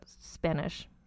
Spanish